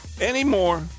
anymore